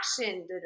action